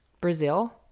Brazil